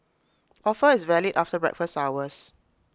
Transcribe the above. offer is valid after breakfast hours